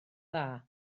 dda